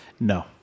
No